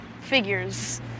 figures